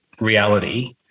reality